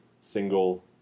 single